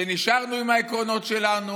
נשארנו עם העקרונות שלנו,